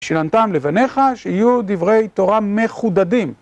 שנתתם לבניך שיהיו דברי תורה מחודדים.